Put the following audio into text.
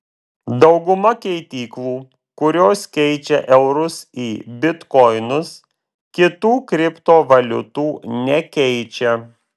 dauguma keityklų kurios keičia eurus į bitkoinus kitų kriptovaliutų nekeičia